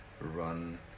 run